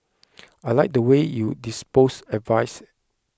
I liked the way you disposed advice